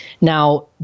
Now